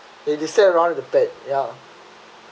they sat around in the bed ya